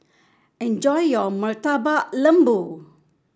enjoy your Murtabak Lembu